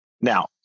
Now